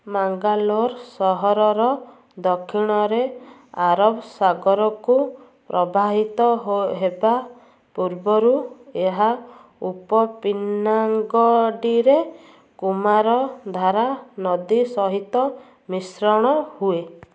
ମାଙ୍ଗାଲୋର ସହରର ଦକ୍ଷିଣରେ ଆରବ ସାଗରକୁ ପ୍ରବାହିତ ହେବା ପୂର୍ବରୁ ଏହା ଉପପିନାଙ୍ଗଡ଼ିରେ କୁମାରଧାରା ନଦୀ ସହିତ ମିଶ୍ରଣ ହୁଏ